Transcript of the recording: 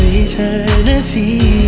eternity